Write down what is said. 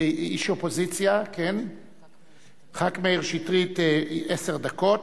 איש אופוזיציה, חה"כ מאיר שטרית, עשר דקות,